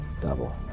Double